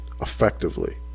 effectively